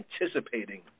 anticipating